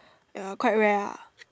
ya quite rare ah